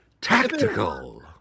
Tactical